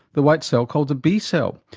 the white cell called the b cell.